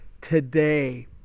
today